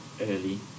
early